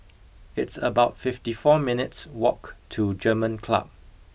it's about fifty four minutes' walk to German Club